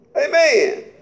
Amen